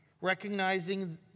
recognizing